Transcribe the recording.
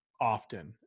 often